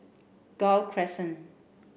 Gul Crescent